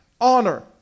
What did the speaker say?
honor